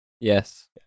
Yes